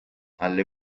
alle